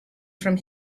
from